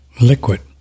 liquid